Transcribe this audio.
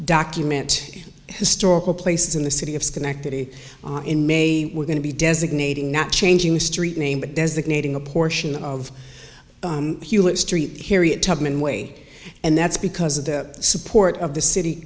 document historical places in the city of schenectady in may we're going to be designating not changing a street name but designating a portion of st harriet tubman way and that's because of the support of the city